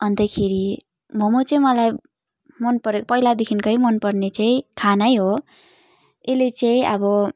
अन्तखेरि मोमो चाहिँ मलाई मन परेको पहिलादेखिन्कै मन पर्ने चाहिँ खानै हो यसले चाहिँ अब